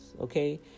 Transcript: okay